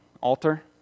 altar